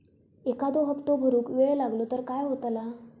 एखादो हप्तो भरुक वेळ लागलो तर काय होतला?